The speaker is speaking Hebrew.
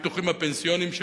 הביטוחים הפנסיוניים שלנו,